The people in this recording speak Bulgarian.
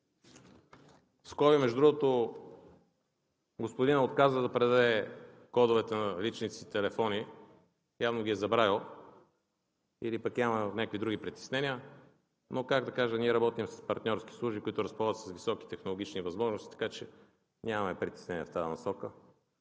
скоби, между другото, господинът отказва да предаде кодовете на личните си телефони, явно ги е забравил или пък е имал някакви други притеснения, но, как да кажа, ние работим с партньорски службите, които разполагат с високи технологични възможности, така че нямаме притеснения в тази насока.